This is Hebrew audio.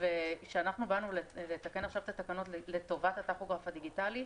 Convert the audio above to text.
כשאנחנו באנו לתקן עכשיו את התקנות לטובת הטכוגרף הדיגיטלי,